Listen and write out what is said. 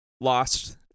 lost